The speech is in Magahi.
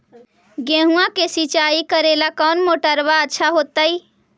गेहुआ के सिंचाई करेला कौन मोटरबा अच्छा होतई?